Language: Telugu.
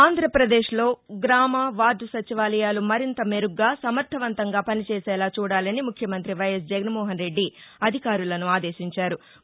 ఆంధ్రప్రదేశ్ లో గ్రామ వార్డు సచివాలయాలు మరింత మెరుగ్గా సమర్ణవంతంగా పని చేసేలా చూడాలని ముఖ్యమంత్రి వైఎస్ జగన్మోహన్రెడ్డి అధికారులను ఆదేశించారు